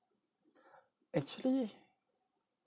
actually